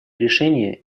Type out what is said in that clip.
решения